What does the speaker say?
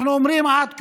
אנחנו אומרים עד כה,